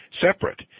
separate